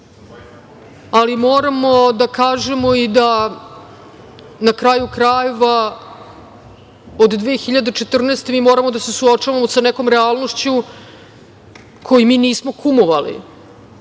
ali moramo da kažemo i da na kraju krajeva, od 2014. godine, mi moramo da se suočavamo sa nekom realnošću kojoj mi nismo kumovali,